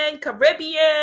Caribbean